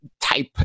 type